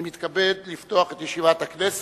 אני מתכבד לפתוח את ישיבת הכנסת.